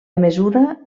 mesura